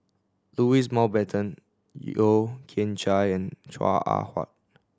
Louis Mountbatten Yeo Kian Chye and Chua Ah Huwa